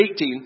18